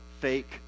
fake